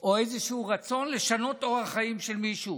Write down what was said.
או איזשהו רצון לשנות אורח חיים של מישהו.